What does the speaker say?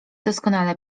doskonale